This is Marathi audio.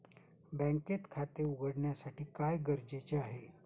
बँकेत खाते उघडण्यासाठी काय गरजेचे आहे?